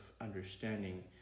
understanding